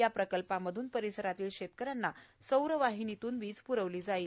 या प्रकल्पामध्रन परिसरातील शेतकऱ्यांना सौरवाहिनीतून वीज पुरविली जाईल